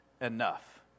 enough